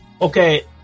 Okay